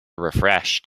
refreshed